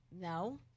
No